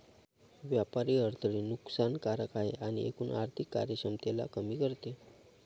व्यापारी अडथळे नुकसान कारक आहे आणि एकूण आर्थिक कार्यक्षमतेला कमी करते